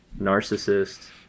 narcissist